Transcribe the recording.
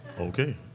Okay